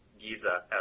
Giza